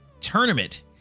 tournament